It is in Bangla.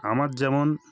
আমার যেমন